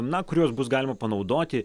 na kuriuos bus galima panaudoti